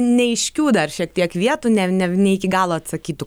neaiškių dar šiek tiek vietų ne ne ne iki galo atsakytų